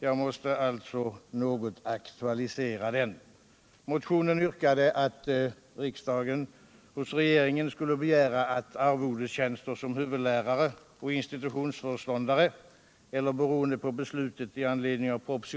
Jag måste något aktualisera den.